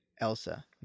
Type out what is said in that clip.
Elsa